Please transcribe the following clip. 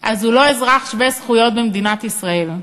אז הוא לא אזרח שווה זכויות במדינת ישראל.